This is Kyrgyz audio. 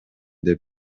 деп